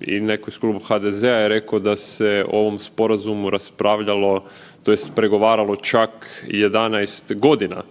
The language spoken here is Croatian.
i neko iz kluba HDZ-a je rekao da se o ovom sporazumu raspravljalo tj. pregovaralo čak 11 godina.